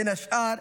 בין השאר,